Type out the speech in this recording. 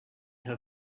her